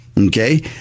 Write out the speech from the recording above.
Okay